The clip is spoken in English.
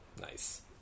nice